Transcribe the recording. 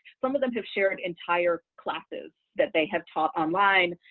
some of them have shared entire classes that they have taught online.